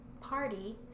party